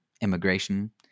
immigration